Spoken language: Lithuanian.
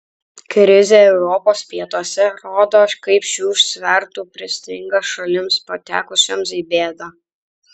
krizė europos pietuose rodo kaip šių svertų pristinga šalims patekusioms į bėdą